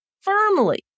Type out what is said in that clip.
firmly